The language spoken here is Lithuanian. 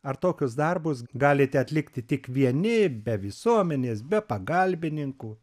ar tokius darbus galite atlikti tik vieni be visuomenės be pagalbininkų